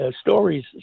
Stories